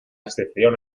excepción